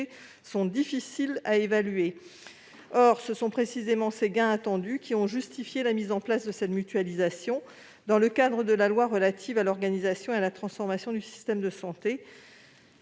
sont difficiles à évaluer. Or ce sont précisément ces bénéfices qui ont justifié sa mise en oeuvre, dans le cadre de la loi relative à l'organisation et à la transformation du système de santé.